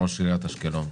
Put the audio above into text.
ראש עיריית אשקלון,